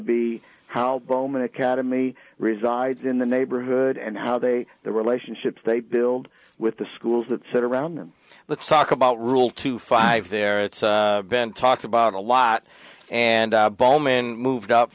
be how bowman academy resides in the neighborhood and how they the relationships they build with the schools that set around them let's talk about rule two five there it's been talked about a lot and eyeball man moved up